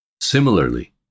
Similarly